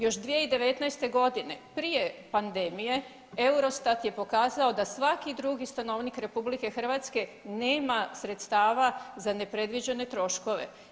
Još 2019.g. prije pandemije Eurostat je pokazao da svaki drugi stanovnik RH nema sredstava za nepredviđene troškove.